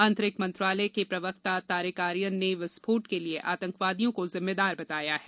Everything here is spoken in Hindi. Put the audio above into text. आंतरिक मंत्रालय के प्रवक्ता तारिक आरियन ने विस्फोट के लिए आतंकवादियों को जिम्मेदार बताया है